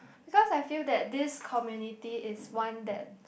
because I feel that this community is one that